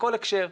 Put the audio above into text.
בכל הקשר.